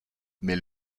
mais